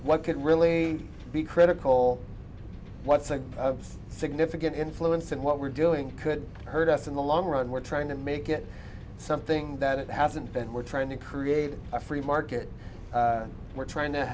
what could really be critical what's a significant influence and what we're doing could hurt us in the long run we're trying to make it something that it hasn't been we're trying to create a free market we're trying to